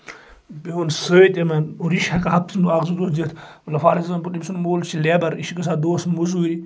بُہن سۭتۍ یِمن اور یہِ چھُ ہیٚکان ہَفتس منٛز اکھ زِ دۄہ دِتھ مطلب فار ایٚکزامپٕل أمۍ سُنٛد مول چھُ لیبر یہِ چھُ گژھان دۄہس موٚزورِ